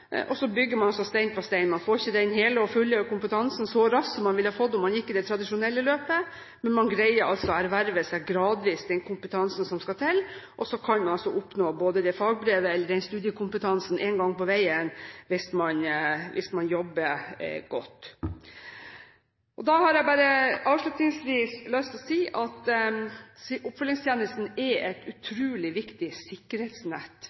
fremover. Så bygger man altså stein på stein. Man får ikke den hele og fulle kompetansen så raskt som man ville ha fått om man gikk i det tradisjonelle løpet, men man greier gradvis å erverve seg den kompetansen som skal til – og så kan man oppnå fagbrev eller studiekompetanse en gang på veien, hvis man jobber godt. Da har jeg bare avslutningsvis lyst til å si at oppfølgingstjenesten er et utrolig viktig sikkerhetsnett